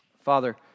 Father